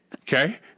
okay